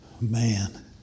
Man